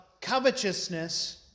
covetousness